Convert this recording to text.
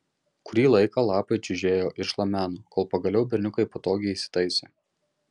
kurį laiką lapai čiužėjo ir šlameno kol pagaliau berniukai patogiai įsitaisė